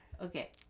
Okay